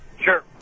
Sure